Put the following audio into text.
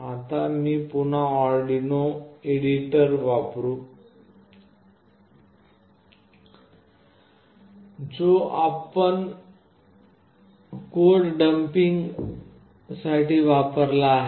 आता मी पुन्हा अर्डिनो एडिटर वापरू जो आपण कोड डम्पिंगसाठी वापरला आहे